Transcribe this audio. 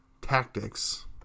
tactics